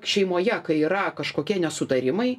šeimoje kai yra kažkokie nesutarimai